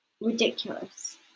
ridiculous